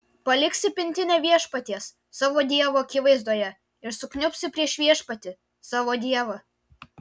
paliksi pintinę viešpaties savo dievo akivaizdoje ir sukniubsi prieš viešpatį savo dievą